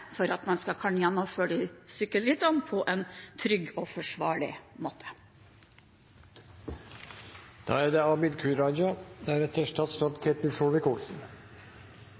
for at man skal kunne gjennomføre sykkelritt på en trygg og forsvarlig måte.